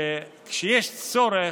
כשיש צורך,